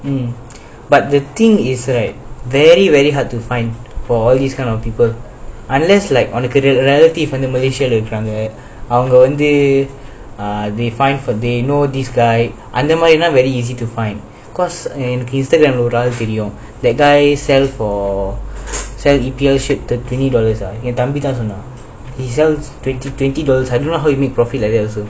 um but the thing is right very very hard to find for all these kind of people unless like உனக்கு:unakku relative வந்து:vanthu malayasia lah இருக்காங்க அவங்க வந்து:irukkanga avanga vanthu uh they find for dey know this guy அந்த மாதிரின:antha maathirina very easy to find cause எனக்கு:enakku instagram lah ஒரு ஆள தெரியும்:oru aala theriyum that guy sell for sell E P L shirt twenty dollars ah என் தம்பி தான் சொன்னான்:en thambi dhan sonnan he sells twenty twenty dollars I don't know how he make profit like that also